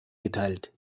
geteilt